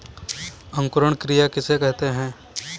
अंकुरण क्रिया किसे कहते हैं?